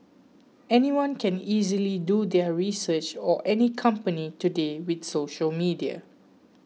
anyone can easily do their research or any company today with social media